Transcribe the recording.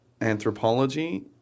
anthropology